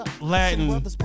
Latin